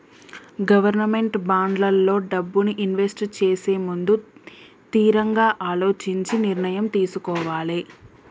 government బాండ్లల్లో డబ్బుని invest చేసేముందు తిరంగా అలోచించి నిర్ణయం తీసుకోవాలే